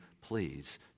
please